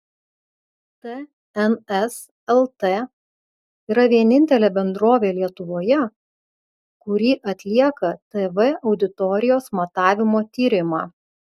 tns lt yra vienintelė bendrovė lietuvoje kuri atlieka tv auditorijos matavimo tyrimą